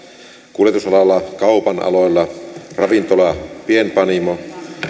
kuljetusalalla kaupan aloilla ravintola pienpanimo